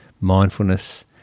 mindfulness